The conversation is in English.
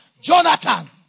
Jonathan